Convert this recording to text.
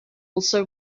also